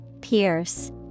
Pierce